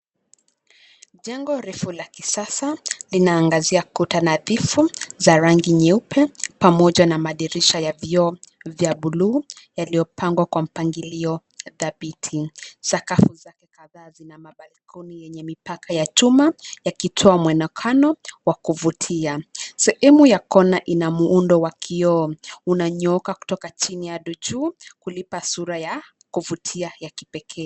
Jengo refu la kisasa, linaangazia kuta nadhifu, za rangi nyeupe, pamoja na madirisha ya vioo vya buluu, yaliyopangwa kwa mpangilio dhabiti. Sakafu zake kadhaa zina mabalkoni yenye mipaka ya chuma, yakitoa muonekano, wa kuvutia. Sehemu ya kona ina muundo wa kioo, unanyooka kutoka chini hadi juu, kulipa sura ya kuvutia ya kipekee.